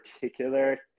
particular